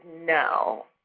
no